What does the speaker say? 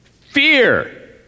fear